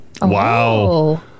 wow